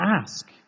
ask